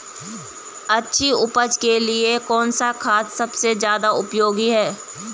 अच्छी उपज के लिए कौन सा खाद सबसे ज़्यादा उपयोगी है?